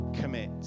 commit